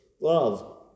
Love